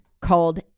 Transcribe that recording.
called